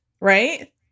right